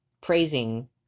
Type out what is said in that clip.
praising